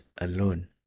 alone